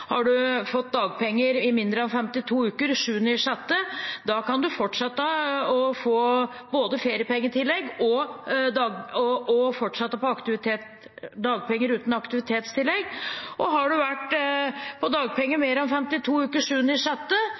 kan du være på dagpenger, men slippe å levere meldekort for aktivitet. Har du fått dagpenger i mindre enn 52 uker 7. juni, kan du fortsette å få både feriepengetillegg og dagpenger uten aktivitetstillegg. Har du vært på dagpenger i mer enn 52 uker